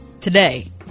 Today